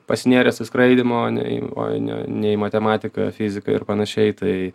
pasinėręs į skraidymą o ne į o ne ne į matematiką fiziką ir panašiai tai